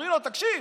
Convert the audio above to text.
אומרים לו: תקשיב,